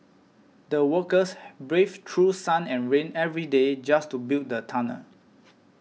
the workers braved through sun and rain every day just to build the tunnel